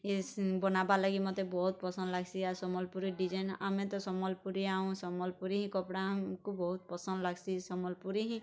ବନାବାର ଲାଗି ମତେ ବହୁତ ପସନ୍ଦ ଲାଗ୍ସି ଆଉ ସମ୍ବଲପୁରୀ ଡିଜାଇନ୍ ଆମେ ତ ସମ୍ବଲପୁରିଆ ସମ୍ବଲପୁରୀ କପଡ଼ା ଆମ୍କୁ ବହୁତ ପସନ୍ଦ ଲାଗ୍ସି ସମ୍ବଲପୁରୀ ହିଁ